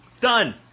done